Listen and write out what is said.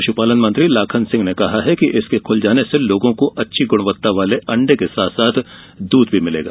पशुपालन मंत्री लाखन सिंह ने कहा कि इसके खुल जाने से लोगों को अच्छी गुणवत्ता वाले अंडे और दूध मिलेगा